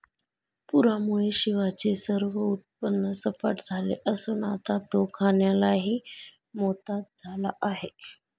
पूरामुळे शिवाचे सर्व उत्पन्न सपाट झाले असून आता तो खाण्यालाही मोताद झाला आहे